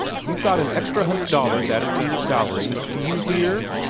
you've got an extra hundred dollars added to your salary do you hear?